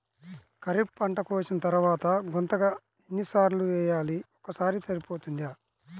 ఖరీఫ్ పంట కోసిన తరువాత గుంతక ఎన్ని సార్లు వేయాలి? ఒక్కసారి సరిపోతుందా?